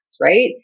right